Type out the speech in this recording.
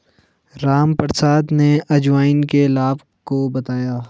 रामप्रसाद ने अजवाइन के लाभ को बताया